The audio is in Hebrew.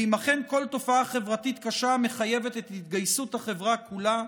ואם אכן כל תופעה חברתית קשה מחייבת את התגייסות החברה כולה,